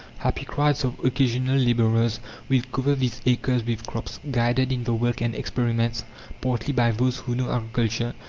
happy crowds of occasional labourers will cover these acres with crops, guided in the work and experiments partly by those who know agriculture,